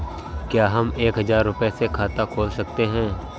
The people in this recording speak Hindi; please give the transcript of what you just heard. क्या हम एक हजार रुपये से खाता खोल सकते हैं?